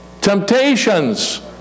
temptations